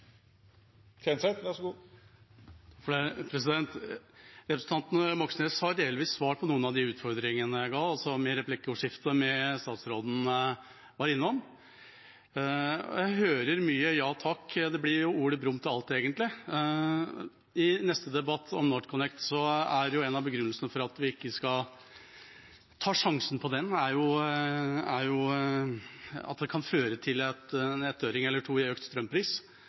Representanten Moxnes har delvis svart på noen av utfordringene jeg ga, i replikkordskiftet med statsråden. Jeg hører mye ja, takk – det blir jo Ole Brum til alt, egentlig. I neste debatt om NorthConnect er en av begrunnelsene for at vi ikke skal ta sjansen på den, at det kan føre til en ettøring eller to i økt strømpris.